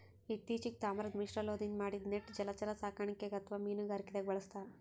ಇತ್ತಿಚೀಗ್ ತಾಮ್ರದ್ ಮಿಶ್ರಲೋಹದಿಂದ್ ಮಾಡಿದ್ದ್ ನೆಟ್ ಜಲಚರ ಸಾಕಣೆಗ್ ಅಥವಾ ಮೀನುಗಾರಿಕೆದಾಗ್ ಬಳಸ್ತಾರ್